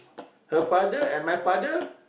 her father and my father